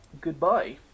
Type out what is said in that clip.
goodbye